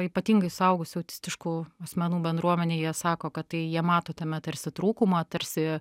ypatingai suaugusių autistiškų asmenų bendruomenė jie sako kad tai jie mato tame tarsi trūkumą tarsi